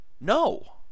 No